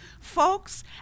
Folks